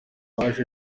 baje